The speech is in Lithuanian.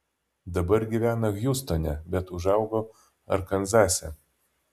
dabar gyvena hjustone bet užaugo arkanzase